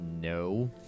no